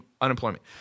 unemployment